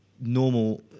normal